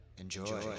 enjoy